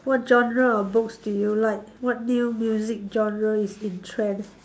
what genre of books do you like what new music genre is in trend